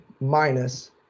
minus